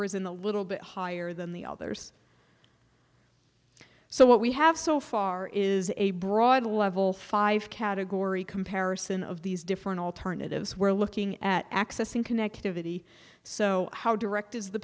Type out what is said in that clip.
risen a little bit higher than the others so what we have so far is a broad level five category comparison of these different alternatives we're looking at accessing connectivity so how direct is the